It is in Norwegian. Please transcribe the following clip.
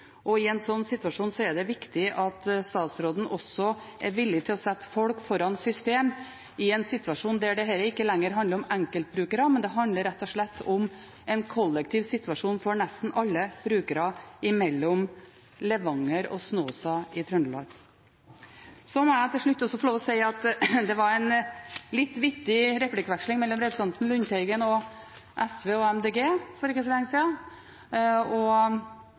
er viktig at statsråden er villig til å sette folk foran system i en slik situasjon, der det ikke lenger handler om enkeltbrukere, det handler rett og slett om en kollektiv situasjon for nesten alle brukere mellom Levanger og Snåsa i Trøndelag. Så må jeg til slutt også få lov til å si at det var en litt vittig replikkveksling mellom representanten Lundteigen og SV og Miljøpartiet De Grønne for ikke så lenge siden.